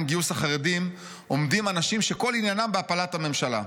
גיוס החרדים עומדים אנשים שכל עניינם בהפלת הממשלה.